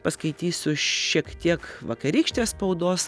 paskaitysiu šiek tiek vakarykštės spaudos